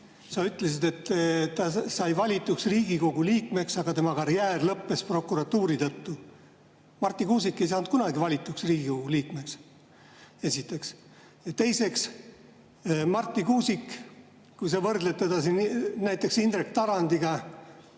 Sa ütlesid, et ta sai valituks Riigikogu liikmeks, aga tema karjäär lõppes prokuratuuri tõttu. Marti Kuusik ei saanud kunagi valituks Riigikogu liikmeks. Seda esiteks. Teiseks, kui sa võrdled Marti Kuusikut näiteks Indrek Tarandiga,